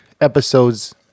episodes